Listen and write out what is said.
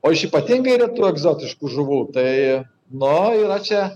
o iš ypatingai retų egzotiškų žuvų tai nu yra čia